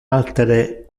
altere